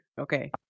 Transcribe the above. Okay